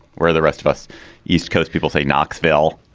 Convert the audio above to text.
where the rest of us east coast people say knoxville